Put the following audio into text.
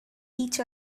each